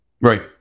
Right